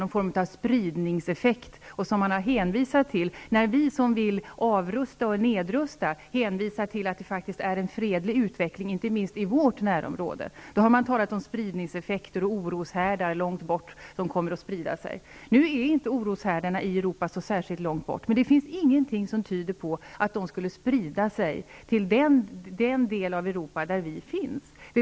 När vi som vill avoch nedrusta har hänvisat till att det sker en fredlig utveckling inte minst i vårt närområde, har de hänvisat till oroshärdar långt bort och till någon form av spridningseffekt. Nu är inte oroshärdarna i Europa så särskilt långt bort. Men det finns ingenting som tyder på att de skulle sprida sig till den del av Europa där vi finns.